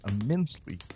immensely